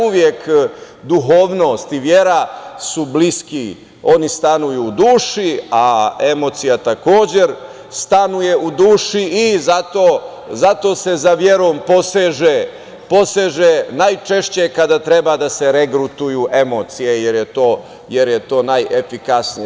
Uvek duhovnost i vera su bliski, oni stanuju u duši, a emocija takođe stanuje u duši i zato se za verom poseže najčešće kada treba da se regrutuju emocije, jer je to najefikasnije.